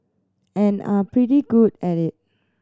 and are pretty good at it